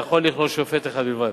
יכול לכלול שופט אחד בלבד.